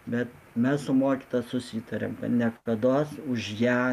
bet mes su mokytojais susitarėm niekados už ją